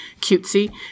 cutesy